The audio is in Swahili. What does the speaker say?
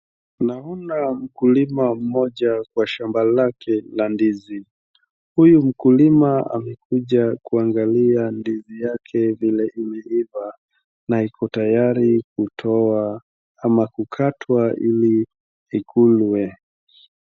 Naona mkulima mmoja kwa shamba lake la ndizi. Huyu mkulima amekuja kuangalia ndizi yake vile imeiva na iko tayari kutoa ama kukatwa ili ikulwe.